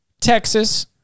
Texas